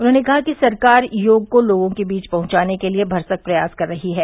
उन्होंने कहा कि सरकार योग को लोगों के बीच पहुंचने के लिए भरसक प्रयास कर रही है